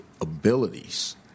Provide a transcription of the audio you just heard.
abilities